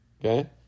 Okay